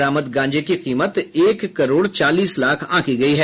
बरामद गांजे की कीमत एक करोड़ चालीस लाख आंकी गयी है